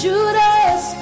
Judas